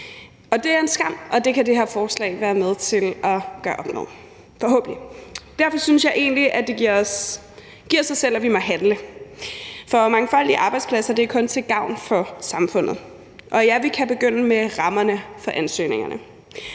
det er en skam, og det kan det her forslag være med til at gøre op med – forhåbentlig. Derfor synes jeg egentlig, at det giver sig selv, at vi må handle, for mangfoldige arbejdspladser er kun til gavn for samfundet, og ja, vi kan begynde med rammerne for ansøgningerne.